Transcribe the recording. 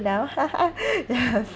now yes